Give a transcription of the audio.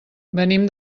venim